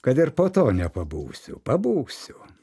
kad ir po to nepabusiu pabūsiu